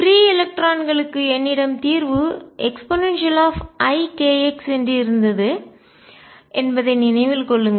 பீரி எலக்ட்ரான்களுக்கு என்னிடம் தீர்வு eikx என்று இருந்தது என்பதை நினைவில் கொள்ளுங்கள்